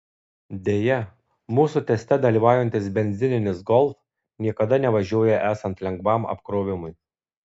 deja mūsų teste dalyvaujantis benzininis golf niekada nevažiuoja esant lengvam apkrovimui